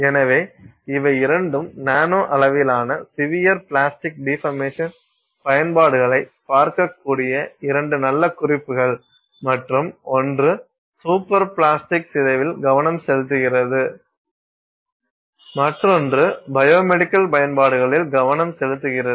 எனவே இவை இரண்டும் நானோ அளவிலான சிவியர் பிளாஸ்டிக் டீபர்மேஷன் பயன்பாடுகளைப் பார்க்கக்கூடிய இரண்டு நல்ல குறிப்புகள் மற்றும் ஒன்று சூப்பர் பிளாஸ்டிக் சிதைவில் கவனம் செலுத்துகிறது மற்றொன்று பயோமெடிக்கல் பயன்பாடுகளில் கவனம் செலுத்துகிறது